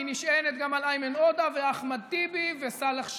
היא נשענת גם על איימן עודה ואחמד טיבי וסמי אבו